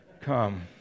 come